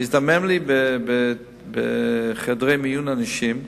הזדמן לי בחדרי מיון לראות אנשים מבוגרים,